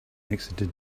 exited